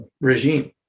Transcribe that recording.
regime